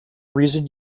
reason